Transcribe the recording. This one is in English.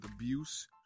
abuse